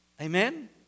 Amen